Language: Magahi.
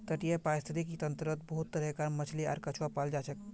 तटीय परिस्थितिक तंत्रत बहुत तरह कार मछली आर कछुआ पाल जाछेक